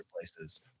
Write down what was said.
places